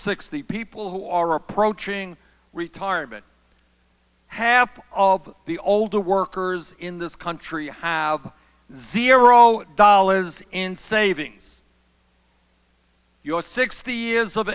sixty people who are approaching retirement half of the older workers in this country have zero dollars in savings you're sixty years of